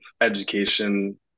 education